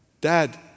Dad